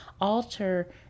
alter